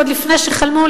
עוד לפני שחלמו,